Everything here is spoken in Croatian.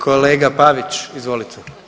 Kolega Pavić, izvolite.